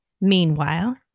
Meanwhile